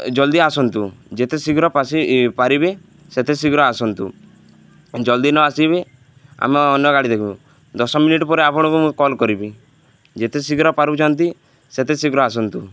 ଜଲ୍ଦି ଆସନ୍ତୁ ଯେତେ ଶୀଘ୍ର ପାରିବେ ସେତେ ଶୀଘ୍ର ଆସନ୍ତୁ ଜଲ୍ଦି ନ ଆସିବେ ଆମେ ଅନ୍ୟ ଗାଡ଼ି ଦେଖିବୁ ଦଶ ମିନିଟ୍ ପରେ ଆପଣଙ୍କୁ ମୁଁ କଲ୍ କରିବି ଯେତେ ଶୀଘ୍ର ପାରୁଛନ୍ତି ସେତେ ଶୀଘ୍ର ଆସନ୍ତୁ